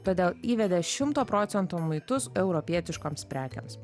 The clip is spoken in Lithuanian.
todėl įvedė šimto procentų muitus europietiškoms prekėms